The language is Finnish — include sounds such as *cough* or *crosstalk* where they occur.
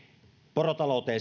porotalouteen *unintelligible*